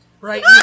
Right